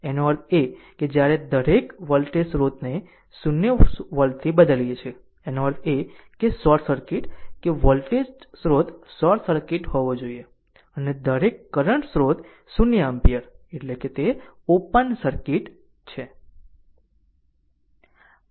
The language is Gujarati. આનો અર્થ એ છે કે આપણે દરેક વોલ્ટેજ સ્રોતને 0 વોલ્ટથી બદલીએ છીએ તેનો અર્થ એ કે r શોર્ટ સર્કિટ કે વોલ્ટેજ સ્ત્રોત શોર્ટ સર્કિટ હોવો જોઈએ અને દરેક કરંટ સ્રોત 0 એમ્પીયર એટલે કે તે એક ઓપન સર્કિટ છે